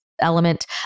element